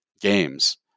games